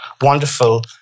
wonderful